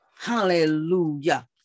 hallelujah